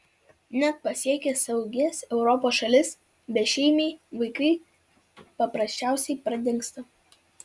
net pasiekę saugias europos šalis bešeimiai vaikai paprasčiausiai pradingsta